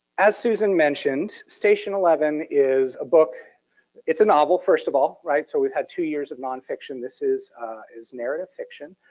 as susan mentioned, station eleven is a book it's a novel, first of all, right? so we've had two years of nonfiction. this is is narrative fiction.